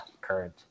current